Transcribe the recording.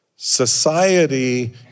Society